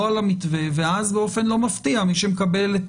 לא על המתווה ואז באופן לא מפתיע מי שמקבל את